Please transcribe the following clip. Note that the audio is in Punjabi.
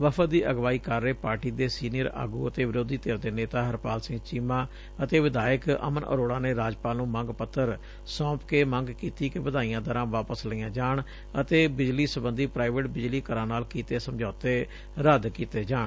ਵਫਦ ਦੀ ਅਗਵਾਈ ਕਰ ਰਹੇ ਪਾਰਟੀ ਦੇ ਸੀਨੀਅਰ ਆਗੁ ਅਤੇ ਵਿਰੋਧੀ ਧਿਰ ਦੇ ਨੇਤਾ ਹਰਪਾਲ ਸਿੰਘ ਚੀਮਾ ਅਤੇ ਵਿਧਾਇਕ ਅਮਨ ਅਰੋੜਾ ਨੇ ਰਾਜਪਾਲ ਨੂੰ ਮੰਗ ਪੱਤਰ ਸੌਂਪ ਕੇ ਮੰਗ ਕੀਤੀ ਕਿ ਵਧਾਈਆਂ ਦਰਾਂ ਵਾਪਸ ਲਈਆਂ ਜਾਣ ਅਤੇ ਬਿਜਲੀ ਸਬੰਧੀ ਪ੍ਰਾਈਵੇਟ ਬਿਜਲੀ ਘਰਾਂ ਨਾਲ ਕੀਤੇ ਸਮਝੌਤੇ ਰੱਦ ਕੀਤੇ ਜਾਣ